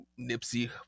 Nipsey